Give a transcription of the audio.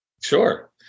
Sure